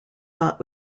not